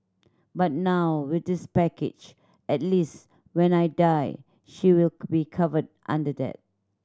but now with this package at least when I die she will be covered under that